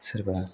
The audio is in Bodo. सोरबा